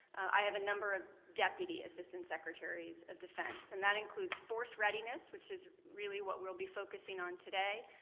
i have a number of deputy assistant secretaries of defense. and that includes force readiness, which is really what we'll be focusing on today,